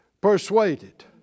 persuaded